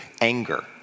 Anger